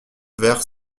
vers